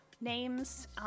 names